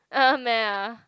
uh meh uh